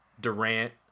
Durant